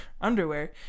underwear